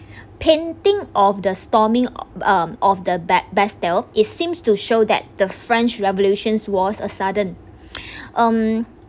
painting of the storming um of the bas~ bastille is seems to show that the french revolution's was a sudden um